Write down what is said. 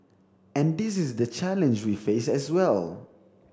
and this is the challenge we face as well